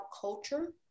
culture